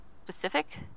Specific